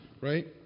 right